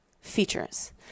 features